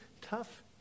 tough